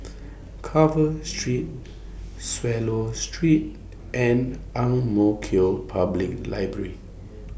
Carver Street Swallow Street and Ang Mo Kio Public Library